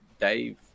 Dave